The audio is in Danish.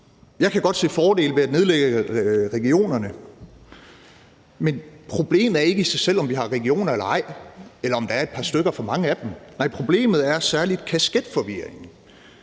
Jeg kan godt se fordele ved at nedlægge regionerne, men problemet er ikke i sig selv, om vi har regioner eller ej, eller om der er et par stykker for mange af dem. Nej, problemet er særlig kasketforvirringen.